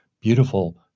beautiful